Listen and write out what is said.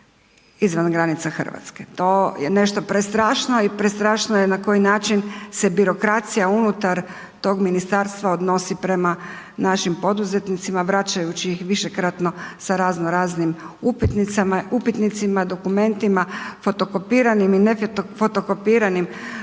izvan granica Hrvatske. To je nešto prestrašno i prestrašno je na koji način se birokracija unutar tog ministarstva odnosi prema našim poduzetnicima vraćajući ih višekratno sa razno raznim upitnicima, dokumentima, fotokopiranim i ne fotokopiranim,